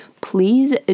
please